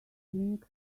think